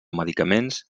medicaments